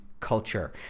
culture